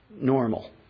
normal